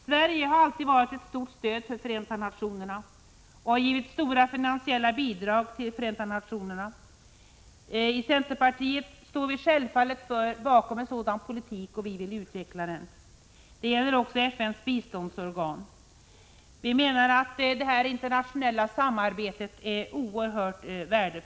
Sverige har alltid varit ett stort stöd för Förenta nationerna och har givit stora finansiella bidrag till FN. Vii centerpartiet står självfallet bakom en sådan politik och vill också utveckla den. Det gäller också FN:s biståndsorgan. Vi är av den uppfattningen att det internationella biståndet är av mycket stort värde.